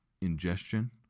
ingestion